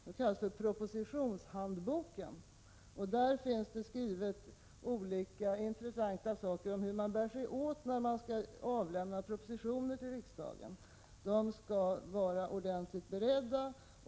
Den kallas propositionshandboken. Där finns olika intressanta föreskrifter om hur man bär sig åt när man skall avlämna propositioner till riksdagen. De skall vara ordentligt beredda.